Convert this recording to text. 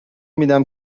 میدم